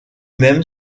même